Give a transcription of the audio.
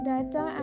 Data